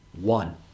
one